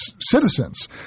citizens